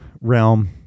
realm